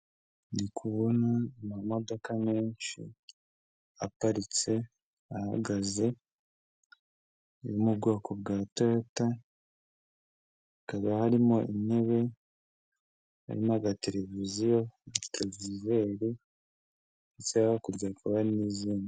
Ndi kubona amamodoka menshi aparitse ahagaze yo mu bwoko bwa toyota hakaba harimo intebe harimo aga televiziyo, torovizeri ndetse hakurya hari n'izindi.